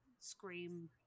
scream